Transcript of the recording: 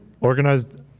organized